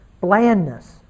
blandness